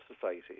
society